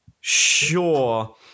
sure